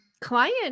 client